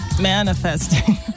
manifesting